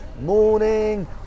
morning